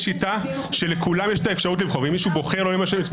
יש שיטה שלכולם יש האפשרות לבחור,